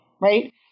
right